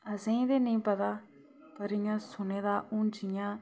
असेंई ते नेईं पता पर इ'यां सुने दा हून जियां